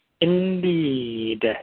Indeed